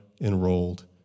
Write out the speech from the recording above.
enrolled